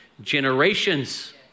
generations